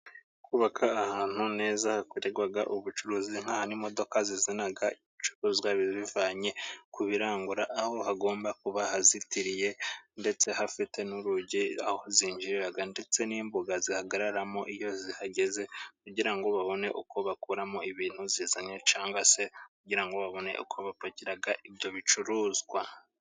Kubaka ahantu neza hakorerwa ubucuruzi nkahantu imodoka zizana ibicuruzwa zibivanye ku birangura, aho hagomba kuba hazitiriye ndetse hafite n'urugi aho zinjirira, ndetse n'imbuga zihagararamo iyo zihahagaze, kugira ngo babone uko bakuramo ibintu zizanye cyangwa se kugira ngo babone uko bapakira ibyo bicuruzwa.